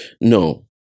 No